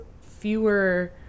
fewer